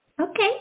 Okay